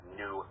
new